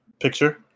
Picture